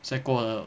现在过得